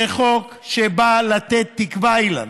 זה חוק שבא לתת תקווה, אילן,